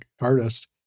artist